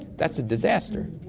that's a disaster.